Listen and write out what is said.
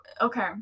Okay